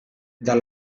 the